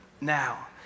now